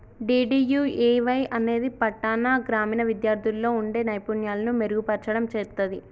DDUAY అనేది పట్టాణ, గ్రామీణ విద్యార్థుల్లో వుండే నైపుణ్యాలను మెరుగుపర్చడం చేత్తది